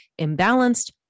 imbalanced